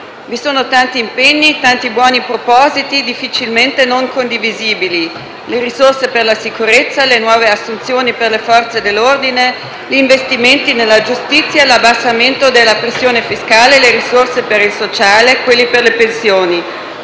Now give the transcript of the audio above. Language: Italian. Vi sono tanti impegni e tanti buoni propositi difficilmente non condivisibili: le risorse per la sicurezza, le nuove assunzioni per le Forze dell'ordine, gli investimenti nella giustizia, l'abbassamento della pressione fiscale, le risorse per il sociale e quelle per le pensioni.